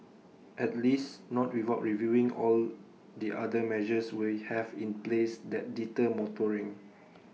at least not without reviewing all the other measures we have in place that deter motoring